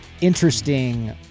interesting